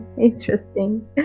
Interesting